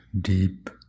deep